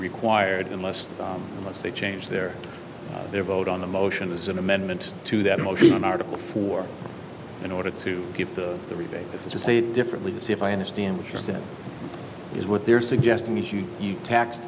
required unless unless they change their their vote on the motion was an amendment to that motion article four in order to get the rebate to say it differently to see if i understand what you're saying is what they're suggesting is you tax